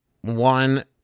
one